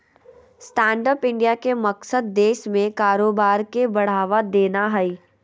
stand up India के मकसद देश में कारोबार के बढ़ावा देना हइ